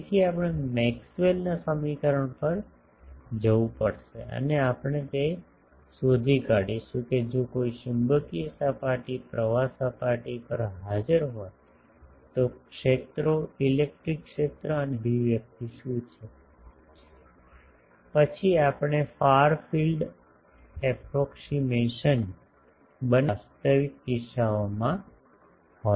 તેથી આપણે મેક્સવેલ ના સમીકરણ પર જવું પડશે અને પહેલા આપણે તે શોધી કાઢીશું કે જો કોઈ ચુંબકીય સપાટી પ્રવાહ સપાટી પર હાજર હોય તો ક્ષેત્રો ઇલેક્ટ્રિક ક્ષેત્ર અને ચુંબકીય ક્ષેત્રની અભિવ્યક્તિ શું છે પછી આપણે ફાર ફિલ્ડ એપ્રોક્ઝીમેસન બનાવીશું જે વાસ્તવિક કિસ્સાઓમાં હોય છે